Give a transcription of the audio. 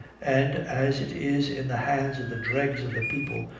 and, as it is in the hands of the dregs of the people,